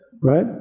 Right